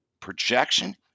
Projection